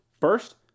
First